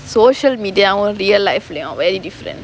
social media வும்:vum real life லயும்:layum very different